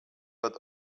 but